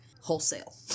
wholesale